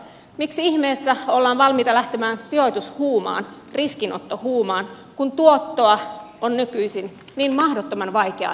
miksi ihmeessä ollaan valmiita lähtemään sijoitushuumaan riskinottohuumaan kun tuottoa on nykyisin niin mahdottoman vaikea ennustaa